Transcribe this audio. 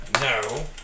No